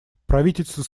правительство